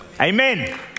Amen